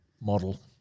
model